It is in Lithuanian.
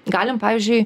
galim pavyzdžiui